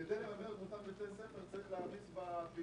שמשרדי הממשלה היום מתקצבים לא מעט פעילויות בתחום של מצוינות.